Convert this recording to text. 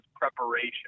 preparation